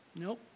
Nope